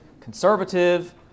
conservative